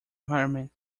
environment